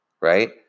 right